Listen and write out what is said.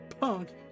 punk